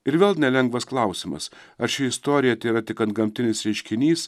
ir vėl nelengvas klausimas ar ši istorija tėra tik antgamtinis reiškinys